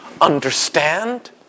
Understand